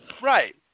Right